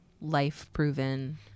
life-proven